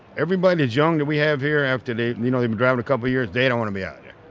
everybody's young we have here, after they've and you know they've been around a couple of years. they don't want to be out yeah